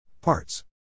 Parts